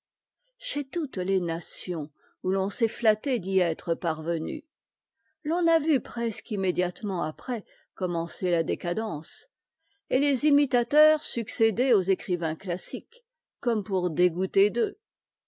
chez toutes les nations où l'on s'est qatté d'y être parvenu l'on a vu presque immédiatement après commencer la décadence et les imitateurs succéder aux écrivains classiques comme pour dégoûter d'eux